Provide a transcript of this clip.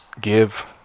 give